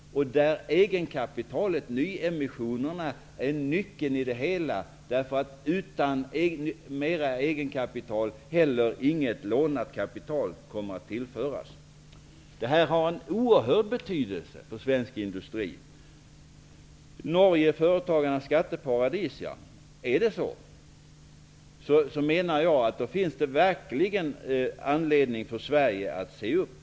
Egenkapitalet, nyemissionerna, är nyckeln i det hela. Utan mer egenkapital kommer inget lånat kapital att tillföras. Detta har en oerhörd betydelse för svensk industri. Är Norge företagarnas skatteparadis? Om det är så finns det verkligen anledning för Sverige att se upp.